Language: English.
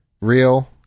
real